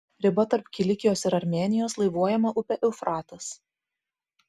riba tarp kilikijos ir armėnijos laivuojama upė eufratas